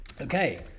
okay